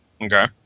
Okay